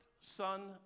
son